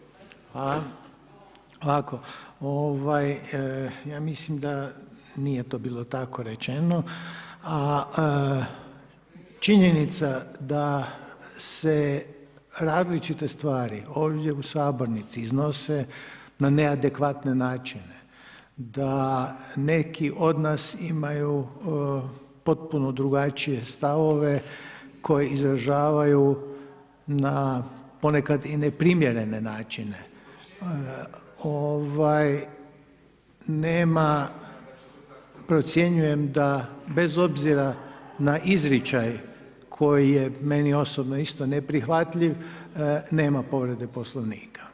Ovako, ja mislim da nije to bilo tako rečeno, a činjenica da se različite stvari ovdje u sabornici iznose na neadekvatne načine, da neki od nas imaju potpuno drugačije stavove koje izražavaju na, ponekad i neprimjerene načine, nema procjenjujem da bez obzira na izričaj koji je meni osobno isto neprihvatljiv, nema povrede Poslovnika.